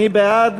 מי בעד?